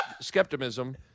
Skepticism